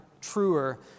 truer